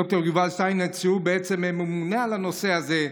ד"ר יובל שטייניץ, שהוא בעצם ממונה על הנושא הזה.